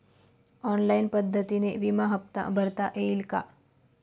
Online पद्धतीने विमा हफ्ता भरता येईल का?